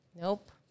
Nope